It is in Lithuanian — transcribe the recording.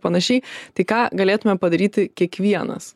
panašiai tai ką galėtumėm padaryti kiekvienas